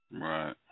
right